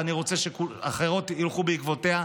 ואני רוצה שאחרות ילכו בעקבותיה.